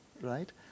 right